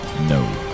No